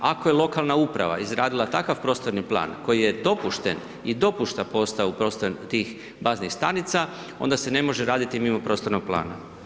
Ako je lokalna uprava izradila takav prostorni plan koji je dopušten i dopušta postavu tih baznih stanica, onda se ne može raditi mimo prostornog plana.